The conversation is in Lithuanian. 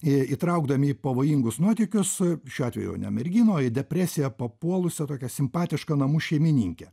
įtraukdami į pavojingus nuotykius su šiuo atveju merginą į depresiją papuolusią tokia simpatišką namų šeimininkę